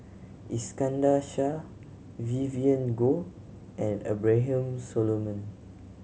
Iskandar Shah Vivien Goh and Abraham Solomon